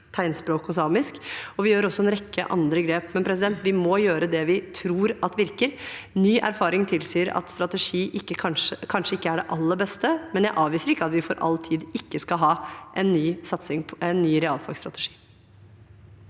Vi gjør også en rekke andre grep, men vi må gjøre det vi tror virker. Ny erfaring tilsier at strategi kanskje ikke er det aller beste, men jeg avviser ikke at vi for all tid ikke skal ha en ny realfagsstrategi.